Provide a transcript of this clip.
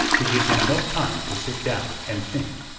to give him no time to sit down and think.